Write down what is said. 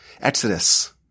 exodus